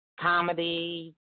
comedy